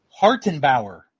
Hartenbauer